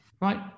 right